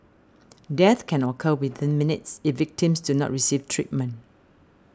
death can occur within minutes if victims do not receive treatment